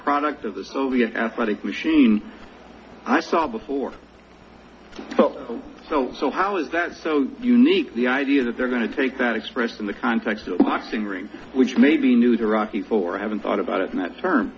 product of the soviet athletic machine i saw before so so how is that so unique the idea that they're going to take that expressed in the context of the boxing ring which may be new to rocky for i haven't thought about it in that